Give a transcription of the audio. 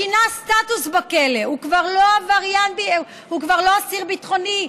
שינה סטטוס בכלא: הוא כבר לא אסיר ביטחוני.